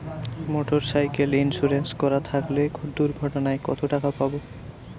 Motorcycle insurance করা থাকলে দুঃঘটনায় কতটাকা পাব?